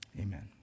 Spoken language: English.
amen